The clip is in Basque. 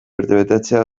urtebetetzea